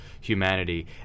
humanity